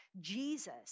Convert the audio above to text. Jesus